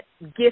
gift